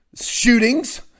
shootings